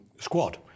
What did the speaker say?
squad